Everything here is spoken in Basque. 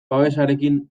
babesarekin